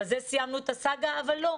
בזה סיימנו את הסאגה אבל לא.